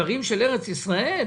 דברים של ארץ ישראל,